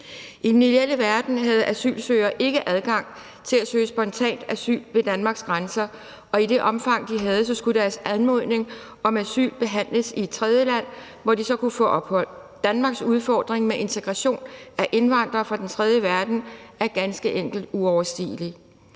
I den ideelle verden havde asylsøgere ikke adgang til at søge spontant asyl ved Danmarks grænser, og i det omfang de havde, skulle deres anmodning om asyl behandles i et tredjeland, hvor de så kunne få ophold. Danmarks udfordring med integration af indvandrere fra den tredje verden er ganske enkelt uoverstigelig,